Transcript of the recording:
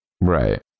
Right